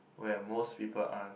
where most people aren't